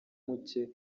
muke